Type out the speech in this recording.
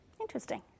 Interesting